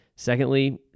Secondly